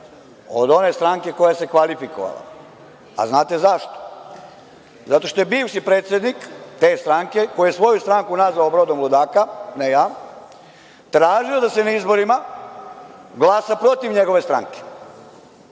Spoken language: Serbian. od one stranke koja se kvalifikovala. Znate li zašto? Zato što je bivši predsednik te stranke, koji je svoju stranku nazvao brodom ludaka, ne ja, tražio da se na izborima glasa protiv njegove stranke